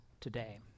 today